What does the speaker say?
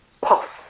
Puff